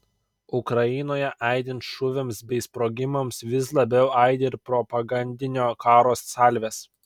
ukrainoje aidint šūviams bei sprogimams vis labiau aidi ir propagandinio karo salvės